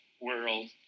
world